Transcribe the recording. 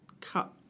cut